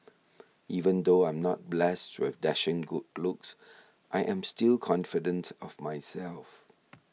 even though I'm not blessed with dashing good looks I am still confident of myself